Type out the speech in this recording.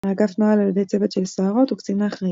האגף נוהל על ידי צוות של סוהרות וקצינה אחראית,